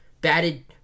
batted